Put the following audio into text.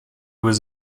was